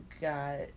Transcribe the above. got